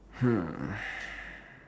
hmm